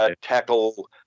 tackle